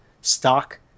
stock